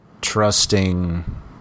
trusting